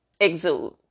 exude